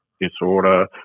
disorder